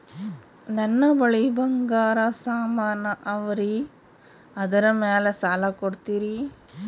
ನನ್ನ ಬಳಿ ಬಂಗಾರ ಸಾಮಾನ ಅವರಿ ಅದರ ಮ್ಯಾಲ ಸಾಲ ಕೊಡ್ತೀರಿ?